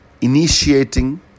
initiating